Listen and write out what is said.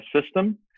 system